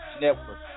network